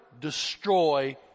destroy